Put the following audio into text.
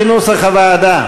סעיף 2 כנוסח הוועדה,